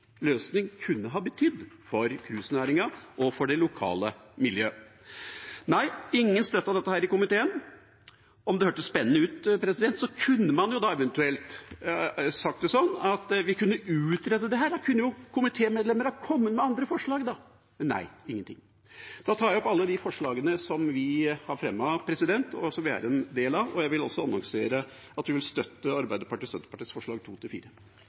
løsning kunne ha betydd for cruisenæringen og for det lokale miljøet. Nei, ingen støttet dette i komiteen. Om det hørtes spennende ut, kunne man jo eventuelt sagt at vi kunne utredet dette. Da kunne jo komitémedlemmene ha kommet med andre forslag – men nei, ingenting. Jeg tar opp alle forslagene som vi har fremmet. Jeg vil også annonsere at vi vil støtte Arbeiderpartiet og Senterpartiets forslag. Representanten Arne Nævra har tatt opp de forslagene han refererte til.